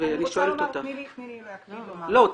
שואלת אותך --- תני לי להקפיד לומר --- לא,